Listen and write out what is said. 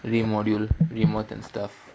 remodule remod~ and stuff